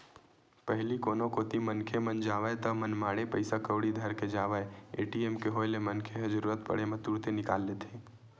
पहिली कोनो कोती मनखे मन जावय ता मनमाड़े पइसा कउड़ी धर के जावय ए.टी.एम के होय ले मनखे ह जरुरत पड़े म तुरते निकाल लेथे